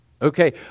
Okay